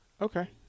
Okay